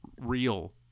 real